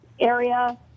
area